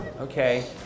Okay